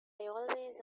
always